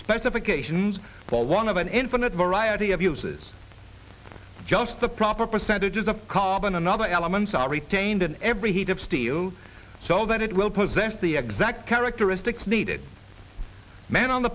specifications for one of an infinite variety of uses just the proper percentages of carbon another elements are retained in every heat of steel so that it will possess the exact characteristics needed a man on the